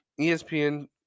espn